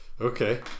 Okay